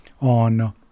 on